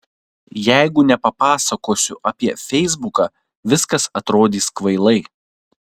jeigu nepapasakosiu apie feisbuką viskas atrodys kvailai